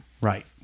Right